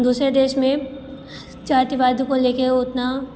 दूसरे देश में चातीवाद को ले के उतना